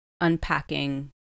unpacking